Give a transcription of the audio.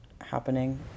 happening